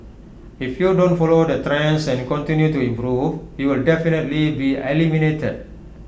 if you don't follow the trends and continue to improve you'll definitely be eliminated